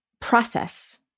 process